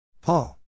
Paul